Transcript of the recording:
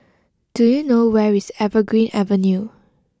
do you know where is Evergreen Avenue